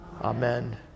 Amen